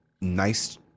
nice